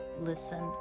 listen